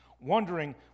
wondering